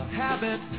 habit